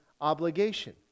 obligation